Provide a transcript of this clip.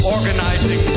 Organizing